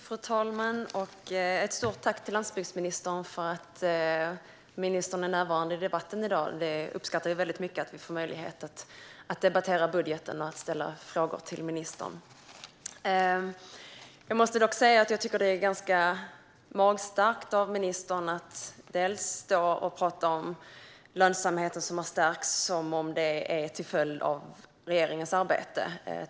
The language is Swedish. Fru talman! Ett stort tack till landsbygdsministern för att han är närvarande i debatten! Vi uppskattar väldigt mycket att vi får möjlighet att debattera budgeten och ställa frågor till ministern. Jag måste dock säga att jag tycker att det är ganska magstarkt av ministern att stå och tala om lönsamheten som har stärkts som om det vore en följd av regeringens arbete.